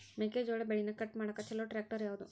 ಮೆಕ್ಕೆ ಜೋಳ ಬೆಳಿನ ಕಟ್ ಮಾಡಾಕ್ ಛಲೋ ಟ್ರ್ಯಾಕ್ಟರ್ ಯಾವ್ದು?